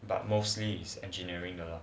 but mostly is engineering 的了